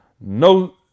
no